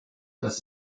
das